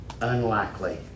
unlikely